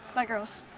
bye, girls.